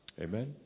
Amen